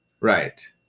Right